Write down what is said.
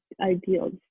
ideals